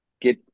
get